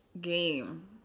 game